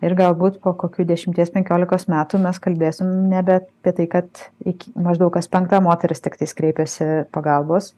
ir galbūt po kokių dešimties penkiolikos metų mes kalbėsim nebe apie tai kad iki maždaug kas penkta moteris tiktais kreipiasi pagalbos